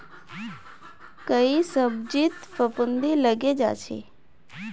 कई सब्जित फफूंदी लगे जा छे